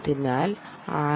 അതിനാൽ ആർ